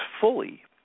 fully